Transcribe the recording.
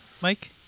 Mike